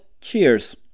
Cheers